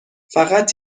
فقط